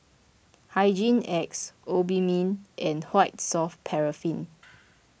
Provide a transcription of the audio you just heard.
Hygin X Obimin and White Soft Paraffin